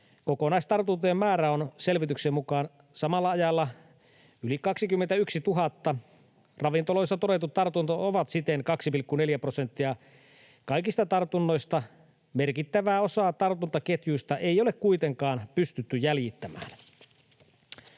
Kokonaistartuntojen määrä on selvityksen mukaan samalla ajalla yli 21 000. Ravintoloissa todetut tartunnat ovat siten 2,4 prosenttia kaikista tartunnoista. Merkittävää osaa tartuntaketjuista ei ole kuitenkaan pystytty jäljittämään.